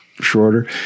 shorter